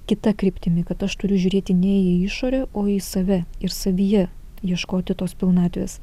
kita kryptimi kad aš turiu žiūrėti ne į išorę o į save ir savyje ieškoti tos pilnatvės